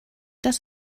das